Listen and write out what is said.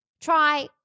try